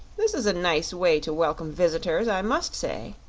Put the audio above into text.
this is a nice way to welcome visitors, i must say!